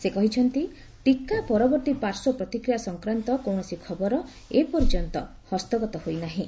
ସେ କହିଛନ୍ତି ଟିକା ପରବର୍ତ୍ତୀ ପାର୍ଶ୍ୱ ପ୍ରତିକ୍ରିୟା ସଂକ୍ରାନ୍ତ କୌଣସି ଖବର ଏପର୍ଯ୍ୟନ୍ତ ହସ୍ତଗତ ହୋଇନାହିଁ